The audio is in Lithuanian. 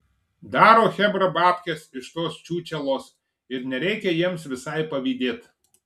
daro chebra babkes iš tos čiūčelos ir nereikia jiems visai pavydėt